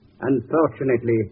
Unfortunately